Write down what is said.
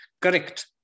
Correct